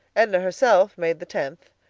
edna herself made the tenth,